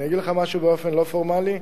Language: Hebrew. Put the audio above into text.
אגיד לך משהו באופן לא פורמלי: